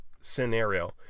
scenario